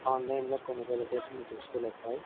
ఆన్లైన్లో కొనుగోలు చేసిన దుస్తులపై